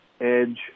Edge